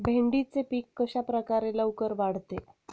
भेंडीचे पीक कशाप्रकारे लवकर वाढते?